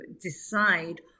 decide